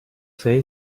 say